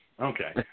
Okay